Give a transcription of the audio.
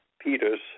Peters